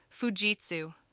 Fujitsu